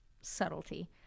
subtlety